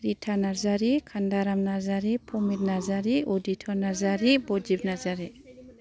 Rita Narzary Kandaram Narzary Pamit Narzary Uditya Narzary Badip Narzary